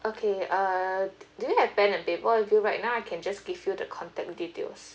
okay uh do do you have pen and paper with you right now I can just give you the contact details